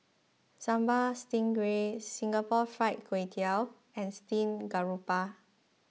Sambal Stingray Singapore Fried Kway Tiao and Steamed Garoupa